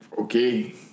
okay